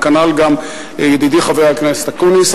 כנ"ל גם ידידי חבר הכנסת אקוניס,